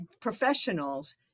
professionals